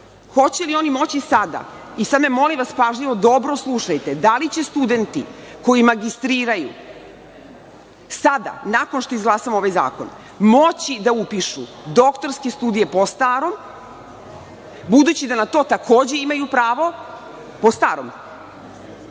Hoće li oni moći sada, i sada me molim vas pažljivo, dobro slušajte, da li će studenti koji magistriraju sada, nakon što izglasamo ovaj zakon, moći da upišu doktorske studije po starom, budući da na to takođe imaju pravo?